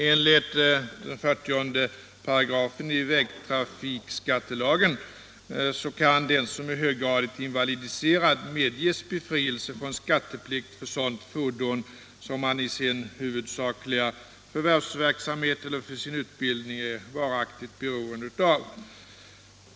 Enligt 40 § vägtrafikskattelagen kan den som är höggradigt invalidiserad medges befrielse från skatteplikt för sådant fordon som han i sin huvudsakliga förvärvsverksamhet eller för sin utbildning är varaktigt beroende av.